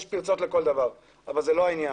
יש פרצות לכל דבר אבל זה לא העניין.